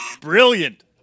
Brilliant